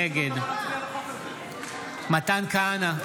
נגד מתן כהנא,